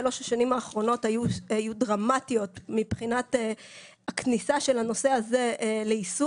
שלוש השנים האחרונות היו דרמטיות מבחינת הכניסה של הנושא הזה ליישום.